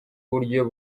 uburyo